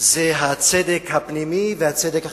הצדק הפנימי והצדק החיצוני.